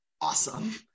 awesome